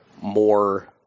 more